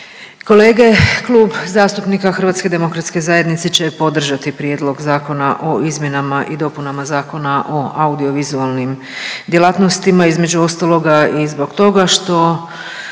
kolege. Klub zastupnika HDZ-a će podržati Prijedlog zakona o izmjenama Zakona o audio vizualnim djelatnostima, između ostaloga i zbog toga što